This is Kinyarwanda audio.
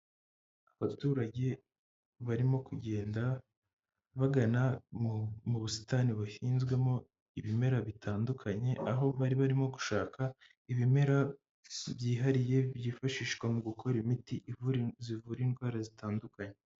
Abaturage barimo kugenda bagana mu busitani buhinzwemo ibimera bitandukanye, aho bari barimo gushaka ibimera byihariye byifashishwa mu gukora imiti ivura indwara zitandukanye.